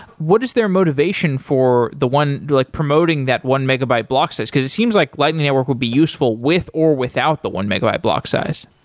what is their motivation for the one, like promoting that one megabyte block size? because it seems like lightning network would be useful with or without the one megabyte block size?